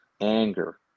anger